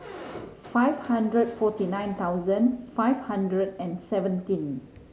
five hundred forty nine thousand five hundred and seventeen